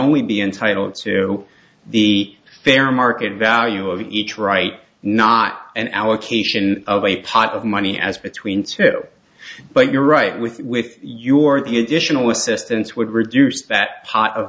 only be entitled to the fair market value of each write not an allocation of a pot of money as between two but you're right with with your the additional assistance would reduce that pot of